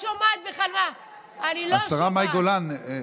אפסה, השרה מאי גולן.